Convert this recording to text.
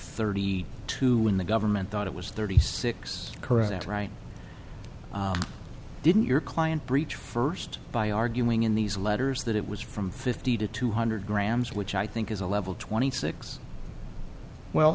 thirty two when the government thought it was thirty six current right didn't your client breached first by arguing in these letters that it was from fifty to two hundred grams which i think is a level twenty six well